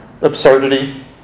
absurdity